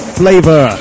flavor